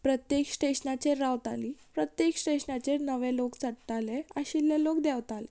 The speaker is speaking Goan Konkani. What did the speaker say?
प्रत्येक स्टेशनाचेर रावताली प्रत्येक स्टेशनाचेर नवे लोक चडटाले आशिल्ले लोक देंवताले